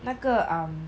那个 um